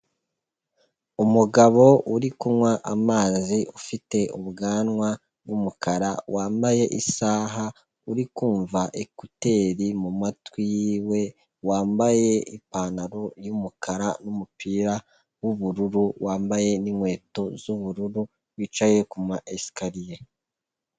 Umugabo uri kunywa amazi ufite ubwanwa bw'umukara wambaye isaha, urikumva ekuteri mu matwi yiwe, wambaye ipantaro y'umukara n'umupira w'ubururu, wambaye n'inkweto z'ubururu wicaye ku ma esikariye.